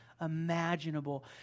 imaginable